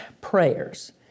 prayers